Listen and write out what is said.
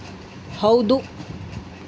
ಹೌದು